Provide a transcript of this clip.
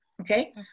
Okay